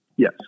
Yes